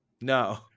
no